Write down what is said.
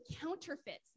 counterfeits